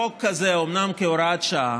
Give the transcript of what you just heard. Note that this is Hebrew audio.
חוק כזה, אומנם כהוראת שעה,